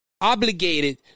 obligated